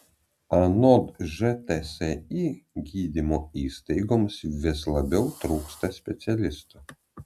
anot žtsi gydymo įstaigoms vis labiau trūksta specialistų